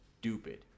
stupid